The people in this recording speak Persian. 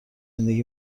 زندگی